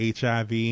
HIV